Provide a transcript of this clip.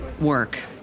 work